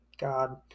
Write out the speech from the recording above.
God